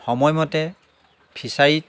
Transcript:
সময়মতে ফিছাৰীত